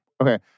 Okay